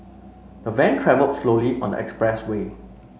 the van travelled slowly on the expressway